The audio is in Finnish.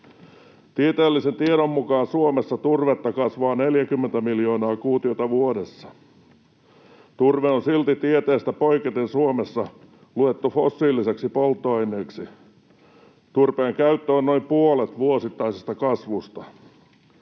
Tieteellisen tiedon mukaan Suomessa turvetta kasvaa 40 miljoonaa kuutiota vuodessa. Turve on silti tieteestä poiketen Suomessa luettu fossiiliseksi polttoaineeksi. Turpeen käyttö on noin puolet vuosittaisesta kasvusta.